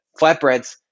flatbreads